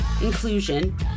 inclusion